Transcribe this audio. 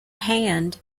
hand